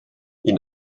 ihn